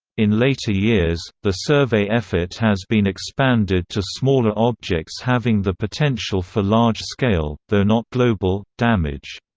in later years, the survey effort has been expanded to smaller objects having the potential for large-scale, though not global, damage.